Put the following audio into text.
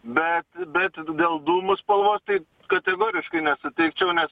bet bet dėl dūmų spalvos tai kategoriškai nesutikčiau nes